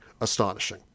astonishing